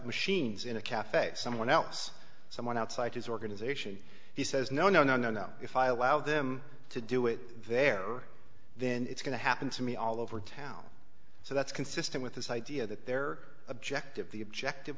machines in a cafe someone else someone outside his organization he says no no no no no if i allow them to do it there then it's going to happen to me all over town so that's consistent with this idea that their objective the objective